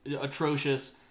atrocious